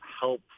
help